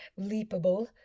leapable